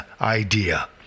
idea